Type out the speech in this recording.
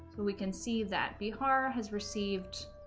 we can see that bihar has received